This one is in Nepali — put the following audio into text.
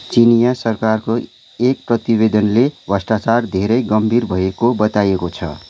चिनियाँ सरकारको एक प्रतिवेदनले भ्रष्टाचार धेरै गम्भीर भएको बताएको छ